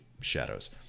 shadows